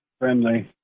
friendly